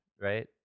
right